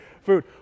food